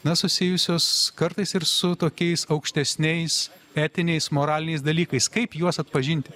na susijusios kartais ir su tokiais aukštesniais etiniais moraliniais dalykais kaip juos atpažinti